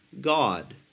God